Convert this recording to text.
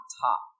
top